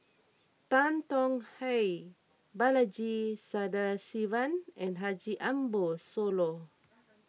Tan Tong Hye Balaji Sadasivan and Haji Ambo Sooloh